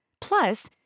Plus